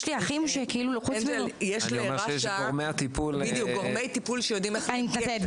יש לרש"א גורמי טיפול שיודעים איך לבצע את זה.